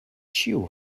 ĉiu